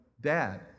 dad